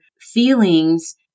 feelings